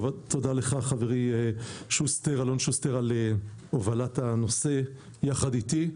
תודה לך חברי אלון שוסטר על הובלת הנושא יחד איתי.